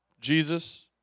Jesus